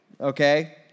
okay